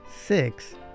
six